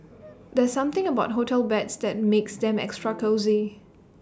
there's something about hotel beds that makes them extra cosy